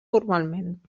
formalment